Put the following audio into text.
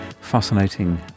fascinating